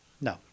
No